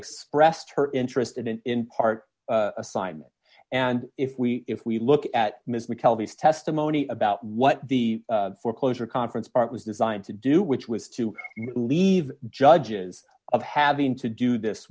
expressed her interest in an in part assignment and if we if we look at ms we call these testimony about what the foreclosure conference part was designed to do which was to leave judges of having to do this